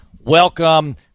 welcome